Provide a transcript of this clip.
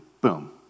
boom